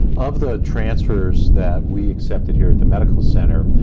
of the transfers that we accepted, here at the medical center,